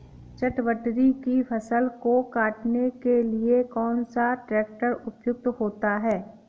चटवटरी की फसल को काटने के लिए कौन सा ट्रैक्टर उपयुक्त होता है?